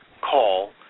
call